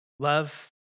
love